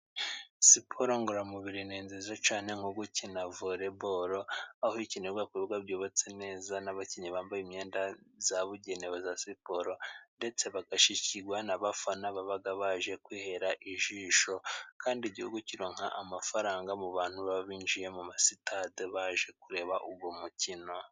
Siporo ngoramubiri ni nziza cyane nko gukina volebolo aho ikinirwa kubibuga byubatse neza ,n'abakinnyi bambaye imyenda yabugenewe ya siporo, ndetse bagashyigikirwa n'abafana baba baje kwihera ijisho, kandi igihugu kironka amafaranga mu bantu baba binjiye mu ma sitade baje kureba uwo mukino.